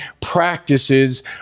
practices